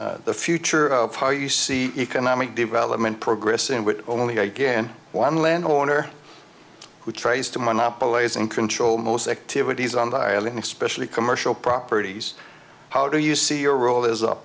alumni the future of how you see economic development progress in would only again one land owner who tries to monopolize and control most activities on the island specially commercial properties how do you see your role as a